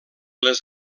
les